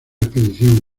expedición